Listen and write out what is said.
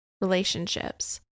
relationships